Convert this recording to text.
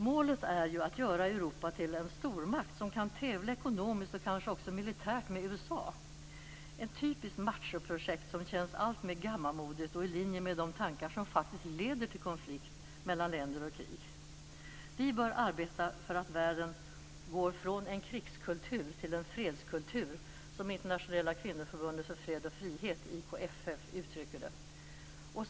Målet är att göra Europa till en stormakt som kan tävla ekonomiskt och kanske också militärt med USA. Det är ett typiskt machoprojekt, som känns alltmer gammalmodigt och i linje med de tankar som faktiskt leder till konflikter mellan länder och till krig. Vi bör arbeta för att världen går från en krigskultur till en fredskultur, som Internationella Kvinnoförbundet för Fred och Frihet, IKFF, uttrycker det.